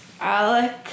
Alec